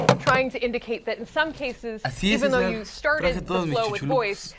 trying to indicate that in some cases, even though you started the flow with voice,